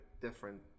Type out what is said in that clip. different